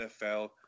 NFL